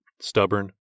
stubborn